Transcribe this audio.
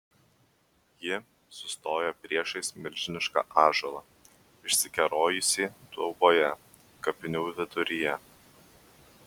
ji sustojo priešais milžinišką ąžuolą išsikerojusį dauboje kapinių viduryje